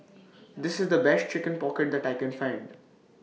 This IS The Best Chicken Pocket that I Can Find